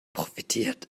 profitiert